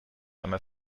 einmal